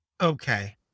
Okay